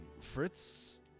Fritz